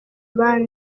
abandi